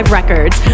Records